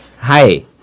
Hi